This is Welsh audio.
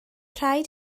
rhaid